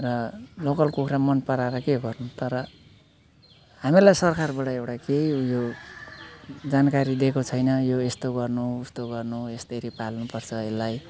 र लोकल कुखुरा मन पराएर के गर्नु तर हामीहरूलाई सरकारबाट केही ऊ यो जानकारी दिएको छैन यो यस्तो गर्नु उस्तो गर्नु यस्तरी पाल्नुपर्छ यसलाई